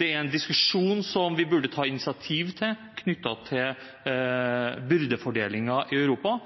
Det er en diskusjon vi burde ta initiativ til knyttet til byrdefordelingen i Europa.